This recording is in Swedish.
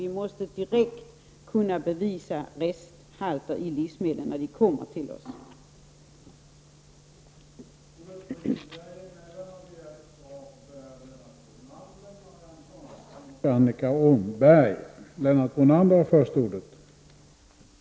Vi måste kunna bevisa resthalter i livsmedlen efter det att dessa har kommit till oss.